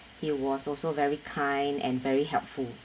he was also very kind and very helpful